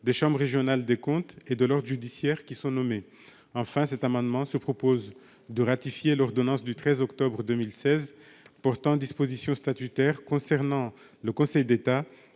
des chambres régionales des comptes, et de l'ordre judiciaire. Par ailleurs, à travers cet amendement, nous proposons de ratifier l'ordonnance du 13 octobre 2016 portant dispositions statutaires concernant le Conseil d'État,